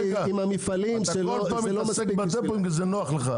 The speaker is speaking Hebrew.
עם המפעלים- -- אתה כל הזמן מתעסק בדפואים וזה נוח לך.